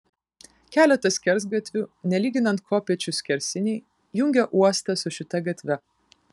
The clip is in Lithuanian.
keletas skersgatvių nelyginant kopėčių skersiniai jungė uostą su šita gatve